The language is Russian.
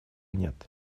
нет